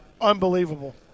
unbelievable